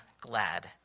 glad